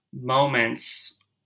moments